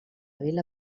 vila